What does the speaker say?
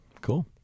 Cool